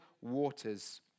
waters